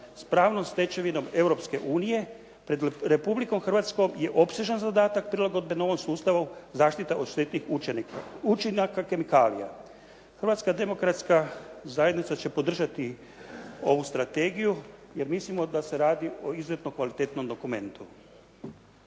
s pravnom stečevinom Europske unije pred Republikom Hrvatskom je opsežan zadatak prilagodbe novom sustavu zaštite od štetnih učinaka kemikalija. Hrvatska demokratska zajednica će podržati ovu strategiju jer mislimo da se radi o izuzetno kvalitetnom dokumentu.